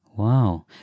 Wow